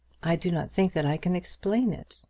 i do not think that i can explain it.